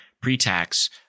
pre-tax